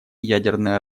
ядерное